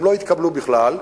הם לא התקבלו בכלל,